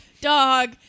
dog